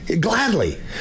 Gladly